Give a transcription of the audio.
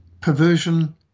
perversion